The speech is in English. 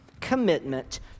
Commitment